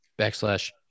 backslash